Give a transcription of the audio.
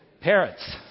Parents